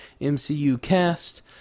MCUcast